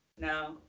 No